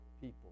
people